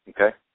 okay